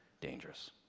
dangerous